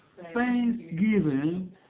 thanksgiving